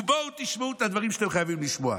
ובואו תשמעו את הדברים שאתם חייבים לשמוע.